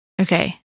Okay